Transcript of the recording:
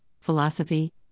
philosophy